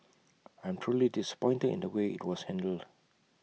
I'm truly disappointed in the way IT was handled